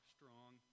Strong